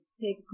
take